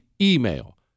email